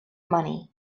money